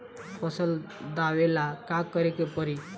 फसल दावेला का करे के परी?